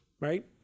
right